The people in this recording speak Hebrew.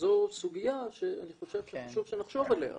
וזו סוגיה שחשוב שנחשוב עליה.